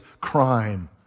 crime